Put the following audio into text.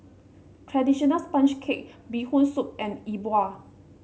traditional sponge cake Bee Hoon Soup and E Bua